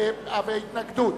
התנגדות.